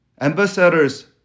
Ambassadors